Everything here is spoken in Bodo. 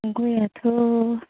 गयआथ'